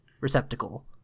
receptacle